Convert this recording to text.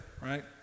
right